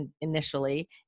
initially